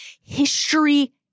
History